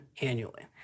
annually